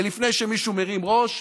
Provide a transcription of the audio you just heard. ולפני שמישהו מרים ראש,